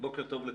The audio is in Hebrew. בוקר טוב.